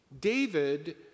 David